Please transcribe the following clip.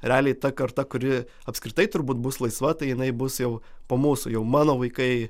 realiai ta karta kuri apskritai turbūt bus laisva tai jinai bus jau po mūsų jau mano vaikai